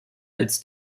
als